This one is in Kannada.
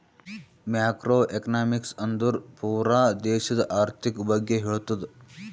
ಮ್ಯಾಕ್ರೋ ಎಕನಾಮಿಕ್ಸ್ ಅಂದುರ್ ಪೂರಾ ದೇಶದು ಆರ್ಥಿಕ್ ಬಗ್ಗೆ ಹೇಳ್ತುದ